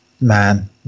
man